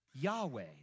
Yahweh